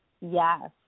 yes